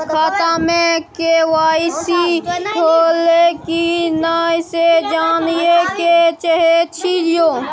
खाता में के.वाई.सी होलै की नय से जानय के चाहेछि यो?